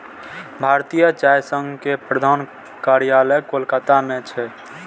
भारतीय चाय संघ के प्रधान कार्यालय कोलकाता मे छै